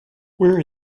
where